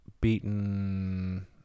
beaten